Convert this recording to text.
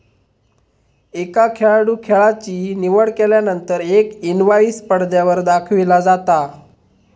एका खेळाडूं खेळाची निवड केल्यानंतर एक इनवाईस पडद्यावर दाखविला जाता